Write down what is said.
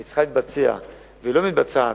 היא צריכה להתבצע והיא לא מתבצעת,